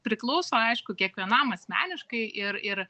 priklauso aišku kiekvienam asmeniškai ir ir